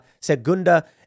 Segunda